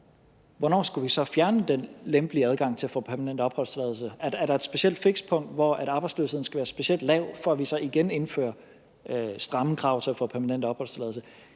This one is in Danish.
hvornår skulle vi så fjerne den lempelige adgang til at få permanent opholdstilladelse? Er der et specielt fikspunkt, hvor arbejdsløsheden skal være specielt lav, for at vi så igen indfører stramme krav til at få permanent opholdstilladelse?